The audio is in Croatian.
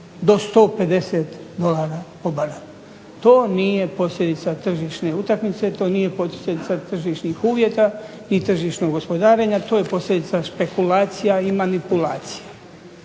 do 150 dolara po barelu. To nije posljedica tržišne utakmice, to nije posljedica tržišnih uvjeta ni tržišnog gospodarenja, to je posljedica špekulacija i manipulacije.